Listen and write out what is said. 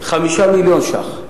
5 מיליון שקל